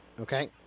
Okay